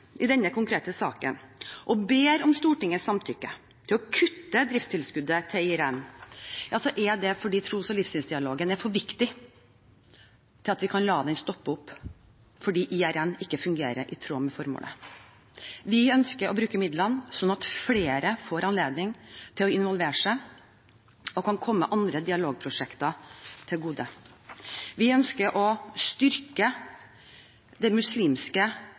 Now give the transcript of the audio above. i denne konkrete saken å be om Stortingets samtykke til å kutte driftstilskuddet til IRN, er det fordi tros- og livssynsdialogen er for viktig til at vi kan la den stoppe opp fordi IRN ikke fungerer i tråd med formålet. Vi ønsker å bruke midlene sånn at flere får anledning til å involvere seg, og sånn at midlene kan komme andre dialogprosjekter til gode. Vi ønsker å styrke den muslimske